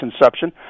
inception